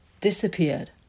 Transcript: disappeared